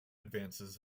advances